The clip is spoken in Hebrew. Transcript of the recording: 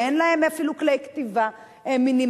שאין להם אפילו כלי כתיבה מינימליים,